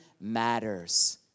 matters